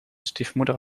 stiefmoeder